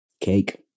cake